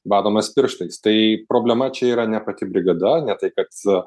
badomas pirštais tai problema čia yra ne pati brigada ne tai kad